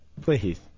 Please